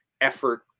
effort